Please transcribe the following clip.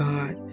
God